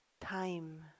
time